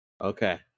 Okay